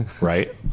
right